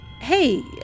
Hey